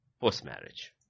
post-marriage